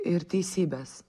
ir teisybės